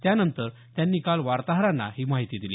त्यानंतर त्यांनी काल वार्ताहरांना ही माहिती दिली